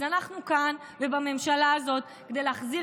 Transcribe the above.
אז אנחנו כאן ובממשלה הזאת כדי להחזיר